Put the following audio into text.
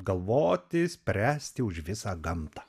galvoti spręsti už visą gamtą